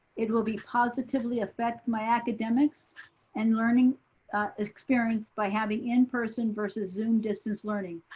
it will be positively affect my academics and learning experience by having in person versus zoom distance learning.